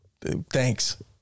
Thanks